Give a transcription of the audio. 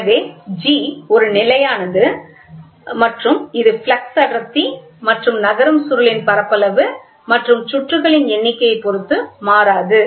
எனவே G ஒரு நிலையானது மற்றும் இது ஃப்ளக்ஸ் அடர்த்தி மற்றும் நகரும் சுருளின் பரப்பளவு மற்றும் சுற்றுகளின் எண்ணிக்கையைப் பொறுத்து மாறாது